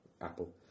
Apple